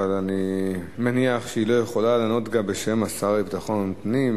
אבל אני מניח שהיא לא יכולה לענות גם בשם השר לביטחון הפנים.